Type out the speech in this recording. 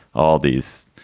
all these